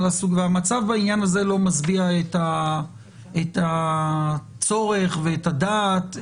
והמצב בעניין הזה לא משביע את הצורך ואת הדעת,